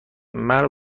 مرا